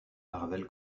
marvel